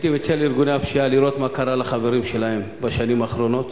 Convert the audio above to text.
הייתי מציע לארגוני הפשיעה לראות מה קרה לחברים שלהם בשנים האחרונות,